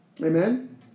Amen